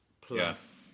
plus